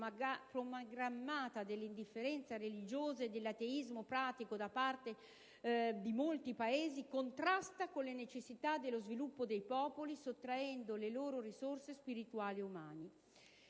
programmata dell'indifferenza religiosa o dell'ateismo pratico da parte di molti Paesi contrasta con le necessità dello sviluppo dei popoli, sottraendo loro risorse spirituali e umane».